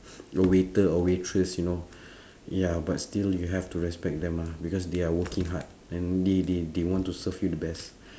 a waiter or waitress you know ya but still you have to respect them ah because they are working hard and they they they want to serve you the best